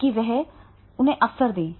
वह उसे अवसर दे रहा है